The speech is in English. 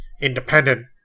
independent